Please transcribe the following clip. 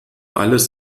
alles